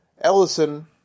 Ellison